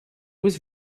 was